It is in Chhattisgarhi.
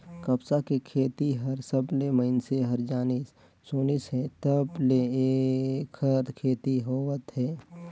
कपसा के खेती हर सबलें मइनसे हर जानिस सुनिस हे तब ले ऐखर खेती होवत हे